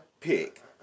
pick